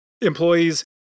employees